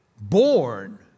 Born